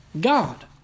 God